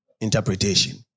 interpretation